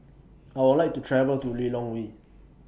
I Would like to travel to Lilongwe